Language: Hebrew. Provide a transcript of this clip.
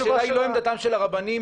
השאלה היא לא עמדתם של הרבנים,